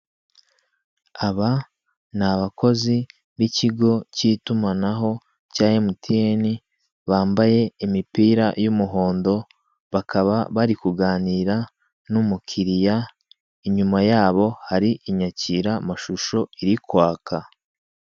Aba ni abakozi b'ikigo k'itumanahao cya emutiyeni bambaye imipira y'imihondo bakaba bari kuganira n'umukiriya, inyuma yabo hari inyakiramashusho iri kwaka.